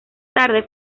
tarde